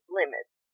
limits